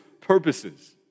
purposes